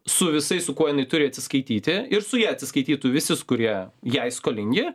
su visais su kuo jinai turi atsiskaityti ir su ja atsiskaitytų visi kurie jai skolingi